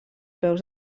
peus